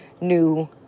new